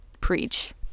Preach